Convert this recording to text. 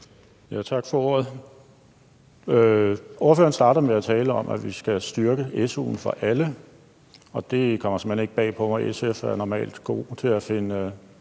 Tak for ordet. Ordføreren starter med at tale om, at vi skal styrke su'en for alle, og det kommer såmænd ikke bag på mig, SF er normalt god til at finde